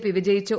P വിജയിച്ചു